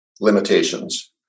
limitations